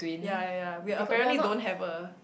ya ya we apparently don't have a